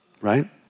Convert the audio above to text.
Right